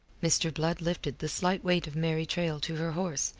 mr. blood lifted the slight weight of mary traill to her horse,